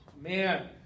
man